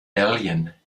alien